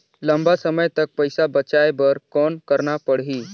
लंबा समय तक पइसा बचाये बर कौन करना पड़ही?